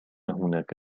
هناك